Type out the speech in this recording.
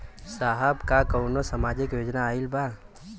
साहब का कौनो सामाजिक योजना आईल बा?